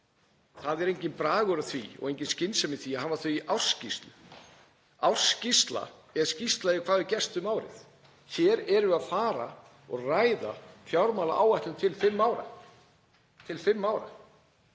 það er enginn bragur á því og engin skynsemi í því að hafa þau í ársskýrslu. Ársskýrsla er skýrsla yfir hvað hefur gerst um árið. Hér erum við að fara og ræða fjármálaáætlun til fimm ára og það var